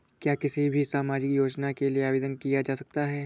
क्या किसी भी सामाजिक योजना के लिए आवेदन किया जा सकता है?